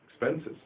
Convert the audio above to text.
expenses